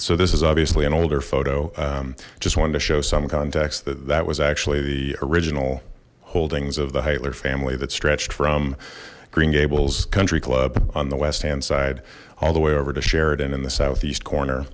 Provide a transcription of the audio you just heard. so this is obviously an older photo just wanted to show some context that that was actually the original holdings of the heitler family that stretched from green gables country club on the west hand side all the way over to sheridan in the southeast corner